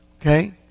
okay